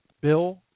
Bill